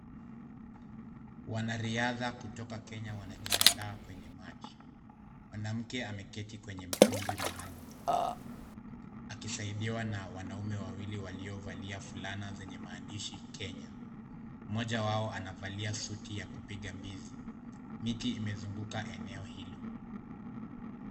Wanariadha kutoka Kenya wanajiandaa kwenye maji. Mwanamke ameketi kwenye mtumbwi maalum akisaidiwa na wanaume wawili waliovalia fulana zenye maandishi Kenya. Mmoja wao anavalia suti ya kupiga mbizi. Miti imezunguka eneo hilo.